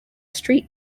street